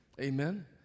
Amen